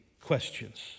questions